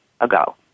ago